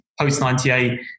post-98